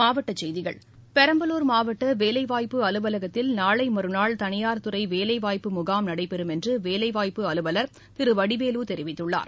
மாவட்ட செய்திகள் பெரம்பலூர் மாவட்ட வேலைவாய்ப்பு அலுவலகத்தில் நாளை மறுநாள் தனியார் துறை வேலைவாய்ப்பு முகாம் நடைபெறும் என்று வேலைவாய்ப்பு அலுவல் திரு வடிவேலு தெரிவித்துள்ளார்